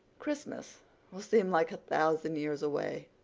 christmas will seem like a thousand years away.